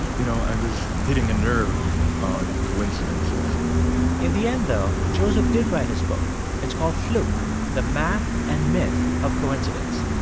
you know, i was hitting a nerve on coincidences in the end, though, joseph did write his book. it's called fluke the math and myth of coincidence.